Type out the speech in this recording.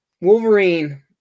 Wolverine